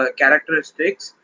characteristics